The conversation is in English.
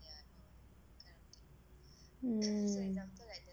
mm